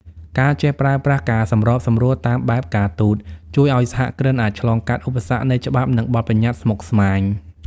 ការចេះប្រើប្រាស់ "ការសម្របសម្រួលតាមបែបការទូត" ជួយឱ្យសហគ្រិនអាចឆ្លងកាត់ឧបសគ្គនៃច្បាប់ និងបទបញ្ញត្តិស្មុគស្មាញ។